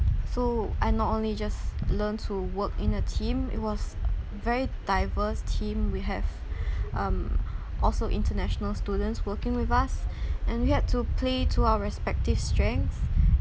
so I not only just learn to work in a team it was very diverse team we have um also international students working with us and we had to play to our respective strengths